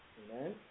amen